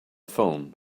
phone